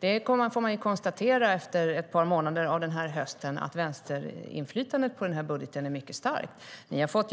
Det får man konstatera efter ett par månader av hösten att vänsterinflytandet på budgeten är mycket starkt. Låt oss